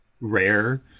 rare